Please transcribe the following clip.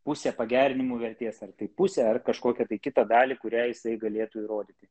pusę pagerinimų vertės ar tai pusę ar kažkokią tai kitą dalį kurią jisai galėtų įrodyti